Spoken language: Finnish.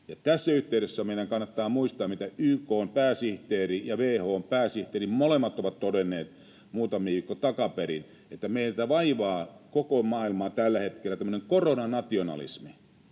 Tässä yhteydessä meidän kannattaa muistaa, mitä YK:n pääsihteeri ja WHO:n pääsihteeri molemmat ovat todenneet muutama viikko takaperin, että meitä vaivaa, koko maailmaa, tällä hetkellä tämmöinen koronanationalismi: